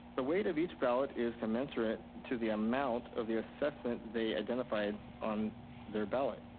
the weight of each ballot is commensurate to the amount of the assessment they identified on their ballot.